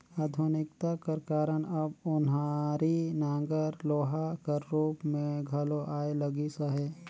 आधुनिकता कर कारन अब ओनारी नांगर लोहा कर रूप मे घलो आए लगिस अहे